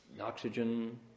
oxygen